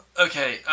okay